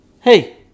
Hey